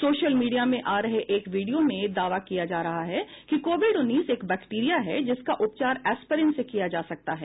social media में आ रहे एक वीडियो में दावा किया जा रहा है कि कोविड उन्नीस एक बैक्टीरिया है जिसका उपचार एस्पीरिन से किया जा सकता है